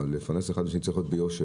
לפרנס אחד את השני צריך להיות ביושר,